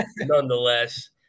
nonetheless